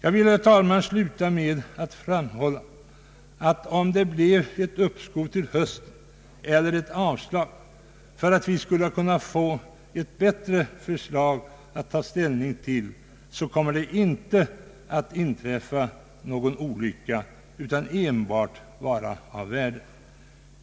Jag vill, herr talman, sluta med att framhålla att om det blev ett uppskov till hösten med behandlingen av förslaget eller avslag, så att vi skulle kunna få ett bättre förslag att ta ställning till, kommer det inte att inträffa någon olycka utan detta kommer enbart att vara av värde.